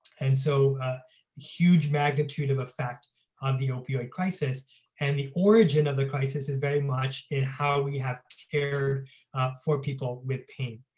and so a huge magnitude of effect on the opioid crisis and the origin of the crisis is very much in how we have cared for people with pain.